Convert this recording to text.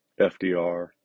FDR